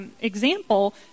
example